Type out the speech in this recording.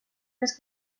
més